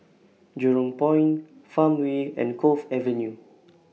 Jurong Point Farmway and Cove Avenue